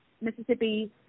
Mississippi